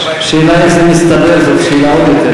השאלה איך זה מסתדר, זאת שאלה עוד יותר